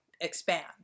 expand